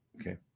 Okay